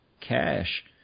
cash